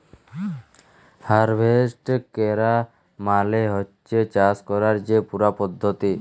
harvest ক্যরা মালে হছে চাষ ক্যরার যে পুরা পদ্ধতি